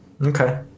Okay